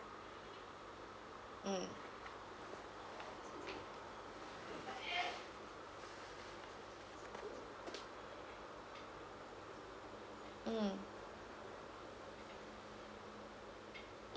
mm mm